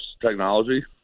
technology